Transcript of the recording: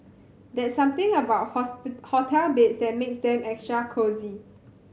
there's something about hotel beds that makes them extra cosy